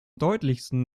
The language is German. deutlichsten